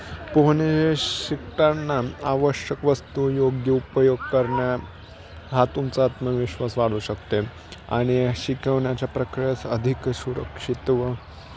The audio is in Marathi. पोहणे शिकताना आवश्यक वस्तू योग्य उपयोग करण्या हा तुमचा आत्मविश्वास वाढू शकते आणि शिकवण्याच्या प्रक्रियाच अधिक सुरक्षित व